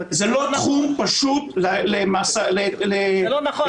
זה לא תחום פשוט ל -- זה לא נכון,